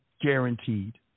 guaranteed